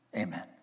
amen